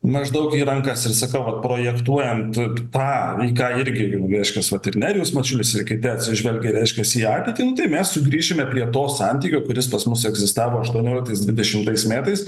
maždaug į rankas ir sakau vat projektuojant tą į ką irgi jau reiškias vat ir nerijus mačiulis ir kiti atsižvelgia reiškiasi į ateitį nu tai mes sugrįšime prie to santykio kuris pas mus egzistavo aštuonioliktais dvidešimtais metais